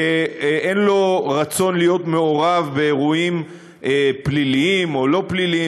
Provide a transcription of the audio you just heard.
שאין לו רצון להיות מעורב באירועים פליליים או לא פליליים,